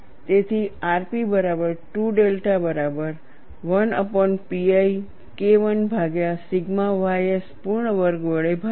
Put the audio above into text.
તેથી rp બરાબર 2 delta બરાબર 1pi KI ભાગ્યા sigma ys પૂર્ણ વર્ગ વડે ભાગ્યા